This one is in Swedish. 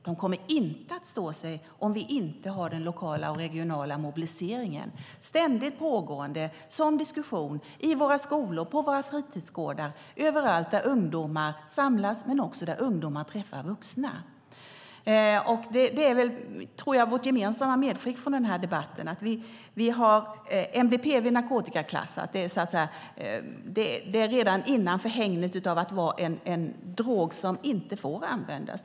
De kommer inte att stå sig om vi inte har den regionala och lokala mobiliseringen, ständigt pågående som en diskussion i våra skolor, på våra fritidsgårdar och överallt där ungdomar samlas men också träffar vuxna. Det här är vårt gemensamma medskick från debatten. MDPV är narkotikaklassat och redan innanför hägnet av droger som inte får användas.